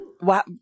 Wow